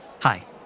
Hi